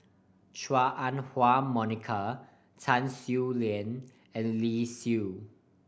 Chua Ah Huwa Monica Tan Swie and Lee